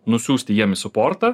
nusiųsti jiem į suportą